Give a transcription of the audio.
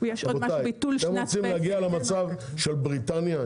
אתם רוצים להגיע למצב של בריטניה,